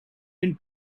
been